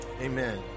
Amen